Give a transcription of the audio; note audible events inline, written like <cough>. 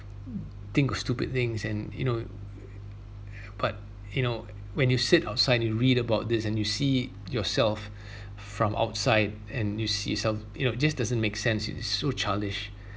<noise> think of stupid things and you know <noise> but you know when you sit outside you read about this and you see yourself <breath> from outside and you see some you know just doesn't make sense it is so childish <breath>